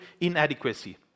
inadequacy